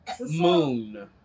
Moon